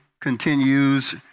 continues